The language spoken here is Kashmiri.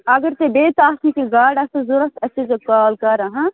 اگر تۄہہِ بیٚیہِ تہِ اَکھتٕے کیٚنٛہہ گاڑٕ آسنُو ضرورت اسہِ ٲسزیٚو کال کران